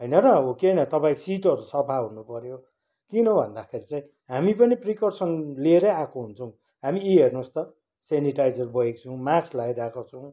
होइन र हो कि होइन तपाईँको सिटहरू सफा हुनुपऱ्यो किन भन्दाखेरि चाहिँ हामी पनि प्रिकर्सन लिएरै आएको हुन्छौँ हामी यी हेर्नुस् त सेनिटाइजर बोकेको छौँ मास्क लाइरहेको छौँ